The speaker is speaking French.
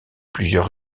plusieurs